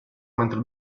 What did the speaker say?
mentre